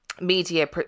media